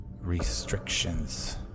restrictions